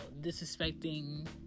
disrespecting